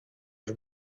als